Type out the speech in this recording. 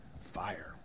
fire